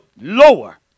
lower